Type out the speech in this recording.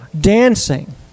dancing